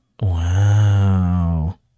Wow